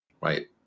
Right